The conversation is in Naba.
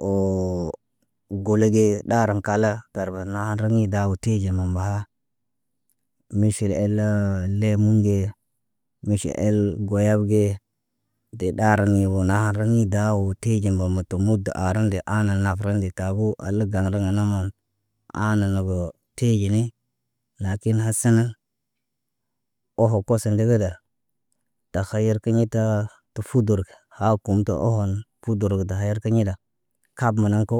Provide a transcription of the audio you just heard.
Woo gole gee ɗarən kala. Tar bana haraŋg ɲida tiyeɟin məm baha. Miʃil ell lemun ge. Miʃil goyav gee. Deb ɗaarən ɲibona harəŋg ɲi daawoot, teeɟiŋg məmət tə muda aarande aana navərande ta, taabo alla ŋgalaŋg na nama. Aana naboo te; Jeni lakin hasa na, oho koso ndegida. Ta khayar kiɲa taa, ta fudurga, Haakumto ohon, pudur ga dakhayar kiɲada, kab munan ko.